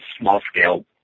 small-scale